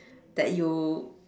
that you